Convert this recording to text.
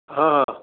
ହଁ ହଁ